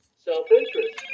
self-interest